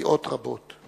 מסיעות רבות.